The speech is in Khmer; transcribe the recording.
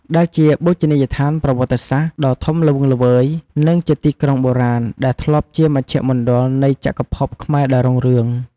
ដែលជាបូជនីយដ្ឋានប្រវត្តិសាស្ត្រដ៏ធំល្វឹងល្វើយ និងជាទីក្រុងបុរាណ ដែលធ្លាប់ជាមជ្ឈមណ្ឌលនៃចក្រភពខ្មែរដ៏រុងរឿង។